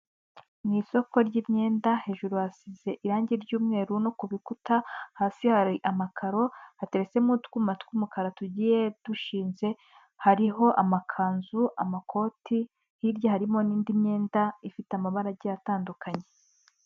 Mu isoko ry'imyenda, hejuru hasize irangi ry'umweru no ku bikuta, hasi hari amakaro, hateretsemo utwuma tw'umukara tugiye dushinze, hariho amakanzu, amakoti, hirya harimo n'indi myenda ifite amabara agiye atandukanye.